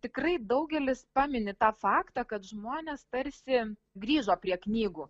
tikrai daugelis pamini tą faktą kad žmonės tarsi grįžo prie knygų